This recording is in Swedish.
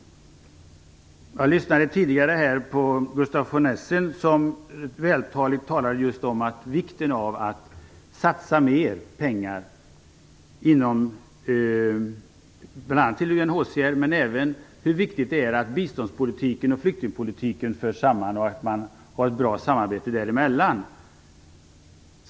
Jag lyssnade tidigare på Gustaf von Essen, som vältaligt poängterade vikten av att satsa mer pengar till bl.a. UNHCR men även hur viktigt det är biståndspolitiken och flyktingpolitiken förs samman och att man har ett bra samarbete där.